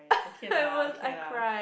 okay lah okay lah